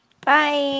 Bye